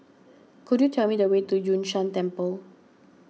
could you tell me the way to Yun Shan Temple